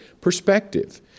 perspective